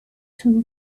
two